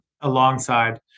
alongside